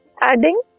adding